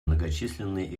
многочисленные